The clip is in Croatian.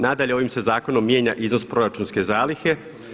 Nadalje, ovim se zakonom mijenja iznos proračunske zalihe.